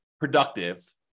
productive